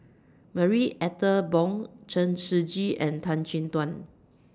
Marie Ethel Bong Chen Shiji and Tan Chin Tuan